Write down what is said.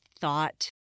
thought